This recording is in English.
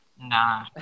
nah